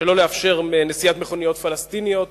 שלא לאפשר נסיעת מכוניות פלסטיניות